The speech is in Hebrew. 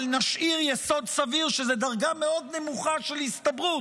אבל נשאיר יסוד סביר שזו דרגה מאוד נמוכה של הסתברות.